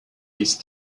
least